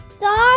Dog